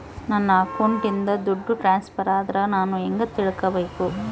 ನನ್ನ ಅಕೌಂಟಿಂದ ದುಡ್ಡು ಟ್ರಾನ್ಸ್ಫರ್ ಆದ್ರ ನಾನು ಹೆಂಗ ತಿಳಕಬೇಕು?